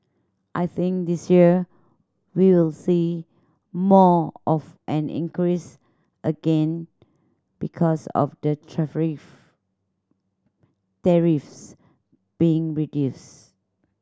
I think this year we will see more of an increase again because of the tariffs being reduced